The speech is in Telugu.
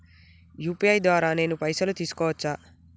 యూ.పీ.ఐ ద్వారా నేను పైసలు తీసుకోవచ్చా?